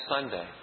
Sunday